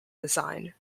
design